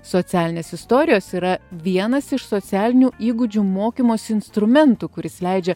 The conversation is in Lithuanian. socialinės istorijos yra vienas iš socialinių įgūdžių mokymosi instrumentų kuris leidžia